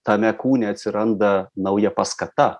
tame kūne atsiranda nauja paskata